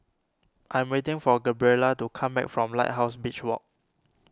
I am waiting for Gabriela to come back from Lighthouse Beach Walk